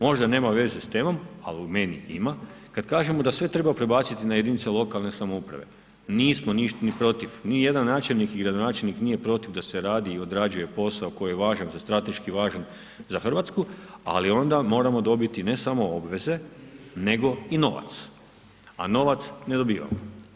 Možda nema veze s temom ali meni ima, kad kažemo da sve treba prebaciti na jedinice lokalne samouprave, nismo ni protiv, nijedan načelnik i gradonačelnik nije protiv da se radi i odrađuje posao koji je važan strateški važan za Hrvatsku ali onda moramo dobiti ne samo obveze nego i novac a novac ne dobivamo.